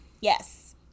Yes